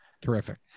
terrific